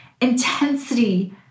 intensity